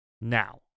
now